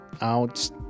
out